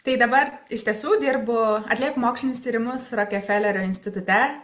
tai dabar iš tiesų dirbu atlieku mokslinius tyrimus rokefelerio institute